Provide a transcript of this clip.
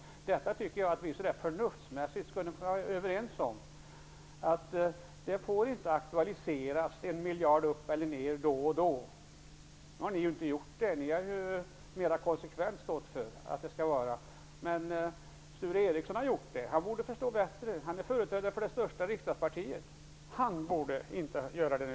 Jag tycker att vi förnuftsmässigt skulle kunna vara överens om att man inte då och då får aktualisera nyheter innebärande en miljard uppåt eller nedåt. Ni har visserligen mera konsekvent stått för er inriktning, men Sture Ericson har gjort på detta sätt, och han borde som företrädare för det största partiet inte göra det nu.